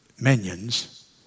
minions